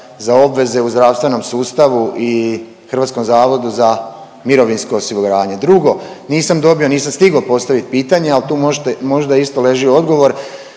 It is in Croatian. za obveze u zdravstvenom sustavu i HZMO-u. Drugo, nisam dobio, nisam stigao postavit pitanje al tu možda isto leži odgovor.